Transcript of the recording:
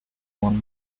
one